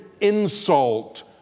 insult